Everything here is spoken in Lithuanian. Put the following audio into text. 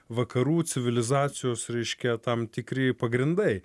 vakarų civilizacijos reiškia tam tikri pagrindai